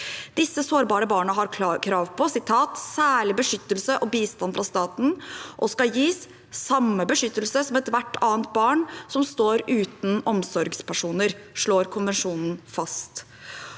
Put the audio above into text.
Disse sårbare barna har krav på «særlig beskyttelse og bistand fra staten» og skal gis «samme beskyttelse som ethvert annet barn» som står uten omsorgspersoner. Det slår konvensjonen fast.